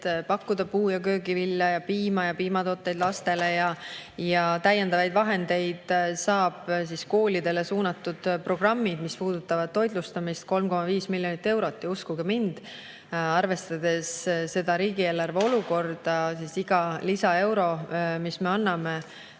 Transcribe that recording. pakkuda puu- ja köögivilja ning piima ja piimatooteid lastele. Täiendavaid vahendeid saavad koolidele suunatud programmid, mis puudutavad toitlustamist, 3,5 miljonit eurot. Uskuge mind, arvestades riigieelarve olukorda, iga lisaeuro, mis me anname,